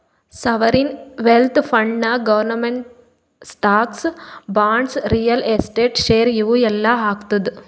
sovereign wealth ಫಂಡ್ನಾಗ್ government stocks, bonds, real estate, share ಇವು ಎಲ್ಲಾ ಹಾಕ್ತುದ್